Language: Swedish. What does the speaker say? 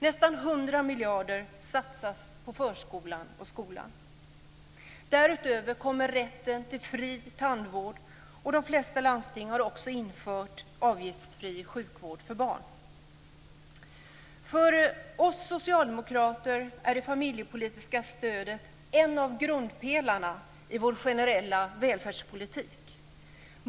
Nästan 100 miljarder kronor satsas på förskolan och skolan. Därutöver kommer rätten till fri tandvård, och de flesta landsting har också infört avgiftsfri sjukvård för barn. För oss socialdemokrater är det familjepolitiska stödet en av grundpelarna i vår generella välfärdspolitik.